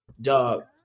dog